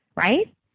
right